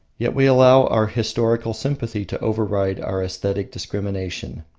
yet we allow our historical sympathy to override our aesthetic discrimination.